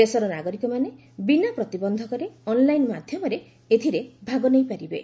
ଦେଶର ନାଗରିକମାନେ ବିନା ପ୍ରତିବନ୍ଧକରେ ଅନ୍ଲାଇନ୍ ମାଧ୍ୟମରେ ଏଥିରେ ଭାଗ ନେଇପାରିବେ